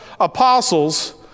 apostles